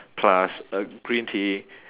plus a green tea